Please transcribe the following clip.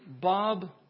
Bob